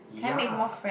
yeah